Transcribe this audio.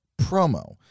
promo